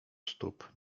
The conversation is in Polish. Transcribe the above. stóp